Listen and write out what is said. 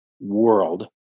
world